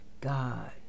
God